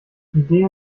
die